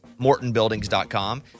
mortonbuildings.com